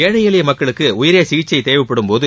ஏழை எளிய மக்களுக்கு உயரிய சிகிச்சை தேவைப்படும்போது